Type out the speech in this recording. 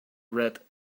read